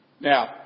Now